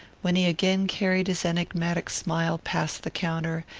when he again carried his enigmatic smile past the counter,